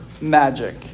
magic